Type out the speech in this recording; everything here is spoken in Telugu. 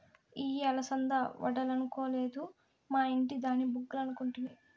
ఇయ్యి అలసంద వడలనుకొలేదు, మా ఇంటి దాని బుగ్గలనుకుంటిని